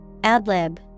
Adlib